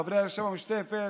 חברי הרשימה המשותפת,